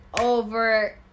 over